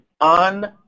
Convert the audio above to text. on